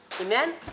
Amen